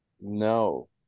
No